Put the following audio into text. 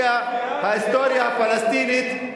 ההיסטוריה הפלסטינית,